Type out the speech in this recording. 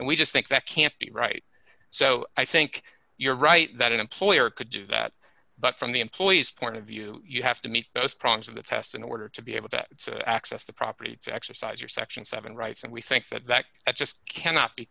and we just think that can't be right so i think you're right that an employer could do that but from the employees point of view you have to meet those problems of the test in order to be able to access the property to exercise your section seven rights and we think that that just cannot be